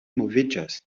moviĝas